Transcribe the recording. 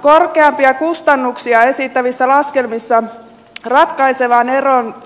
korkeampia kustannuksia esittävissä laskelmissa